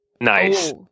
Nice